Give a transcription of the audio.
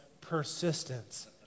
persistence